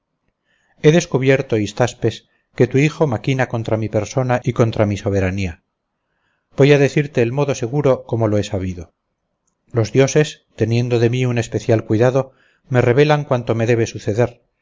he descubierto hystaspes que tu hijo maquina contra mi persona y contra mi soberanía voy a decirte el modo seguro como lo he sabido los dioses teniendo de mí un especial cuidado me revelan cuanto me debe suceder